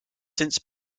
since